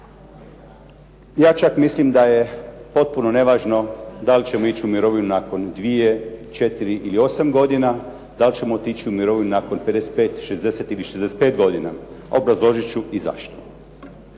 Ja čak mislim da je potpuno nevažno da li ćemo ići u mirovinu nakon dvije, četiri ili osam godina, da li ćemo otići u mirovinu nakon 55, 60 ili 65 godina. Obrazložit ću i zašto.